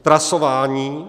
Trasování.